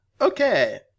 Okay